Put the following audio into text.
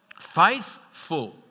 Faithful